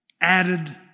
added